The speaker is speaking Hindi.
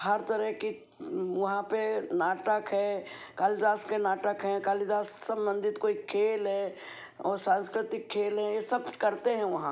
हर तरह की वहाँ पे नाटक है कालिदास के नाटक हैं कालिदास से संबंधित कोई खेल है और सांस्कृतिक खेल हैं ये सब करते हैं वहाँ